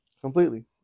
Completely